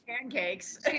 pancakes